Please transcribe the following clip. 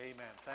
Amen